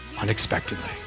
unexpectedly